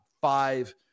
five